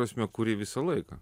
prasme kuri visą laiką